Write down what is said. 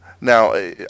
Now